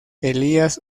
elías